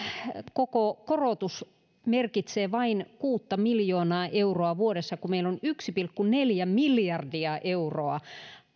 koko korotus merkitsee vain kuusi miljoonaa euroa vuodessa kun koko tuo lapsilisäpotti on meillä yksi pilkku neljä miljardia euroa